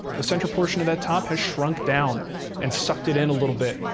the central portion of that top has shrunk down and sucked it in a little bit,